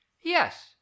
Yes